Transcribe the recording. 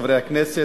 חברי הכנסת,